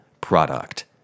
product